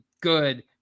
good